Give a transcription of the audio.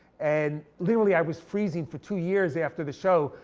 and literally i was freezing for two years after the show,